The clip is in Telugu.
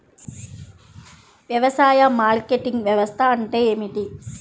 వ్యవసాయ మార్కెటింగ్ వ్యవస్థ అంటే ఏమిటి?